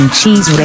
Cheese